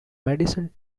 madison